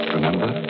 Remember